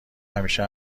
همیشه